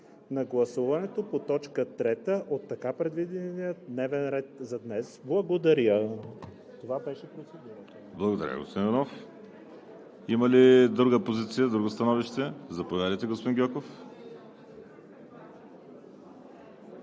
на гласуването по точка трета от така предвидения дневен ред за днес. Благодаря. ПРЕДСЕДАТЕЛ ВАЛЕРИ СИМЕОНОВ: Благодаря, господин Иванов. Има ли друга позиция, друго становище? Заповядайте, господин Гьоков.